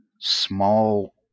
small